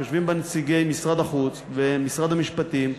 שיושבים בה נציגי משרד החוץ ומשרד המשפטים,